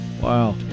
Wow